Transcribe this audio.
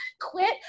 quit